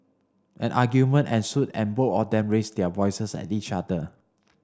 an argument ensued and both of them raised their voices at each other